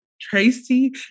Tracy